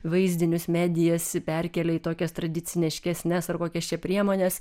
vaizdinius medijas perkelia į tokias tradiciniškesnes ar kokias čia priemones